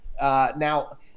now